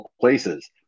places